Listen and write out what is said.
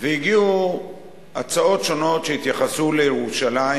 והגיעו הצעות שונות שהתייחסו לירושלים.